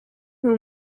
who